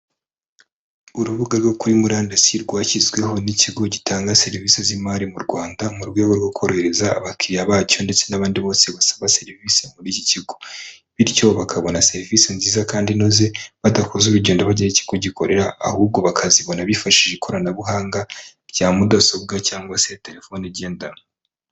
Urubuga rwo kuri murandasi rwashyizweho n'ikigo gitanga serivisi z'imari mu Rwanda mu rwego rwo korohereza abakiriya bacyo ndetse n'abandi bose basaba serivisi muri iki kigo, bityo bakabona serivisi nziza kandi inoze badakoze urugendo bajya aho ikigo gikorera, ahubwo bakazibona bifashishije ikoranabuhanga rya mudasobwa cyangwa se telefoni igendanwa.